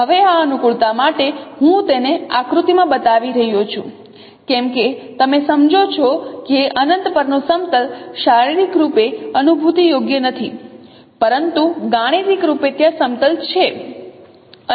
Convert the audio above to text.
હવે આ અનુકૂળતા માટે હું તેને આકૃતિમાં બતાવી રહ્યો છું કેમ કે તમે સમજો છો કે અનંત પરનું સમતલ શારીરિક રૂપે અનુભૂતિ યોગ્ય નથી પરંતુ ગાણિતિકરૂપે ત્યાં સમતલ છે